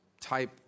type